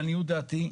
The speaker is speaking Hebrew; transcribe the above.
לעניות דעתי,